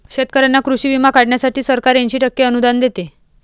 शेतकऱ्यांना कृषी विमा काढण्यासाठी सरकार ऐंशी टक्के अनुदान देते